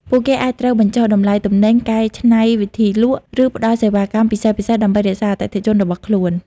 ពួកគេអាចត្រូវបញ្ចុះតម្លៃទំនិញ កែច្នៃវិធីលក់ ឬផ្តល់សេវាកម្មពិសេសៗ ដើម្បីរក្សាអតិថិជនរបស់ខ្លួន។